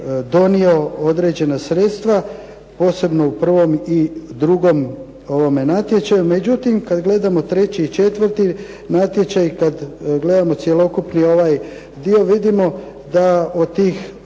donio određena sredstva, posebno u prvom i drugom natječaju. Međutim kad gledamo treći i četvrti natječaj, kad gledamo cjelokupni ovaj dio, vidimo da od tih,